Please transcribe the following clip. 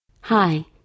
Hi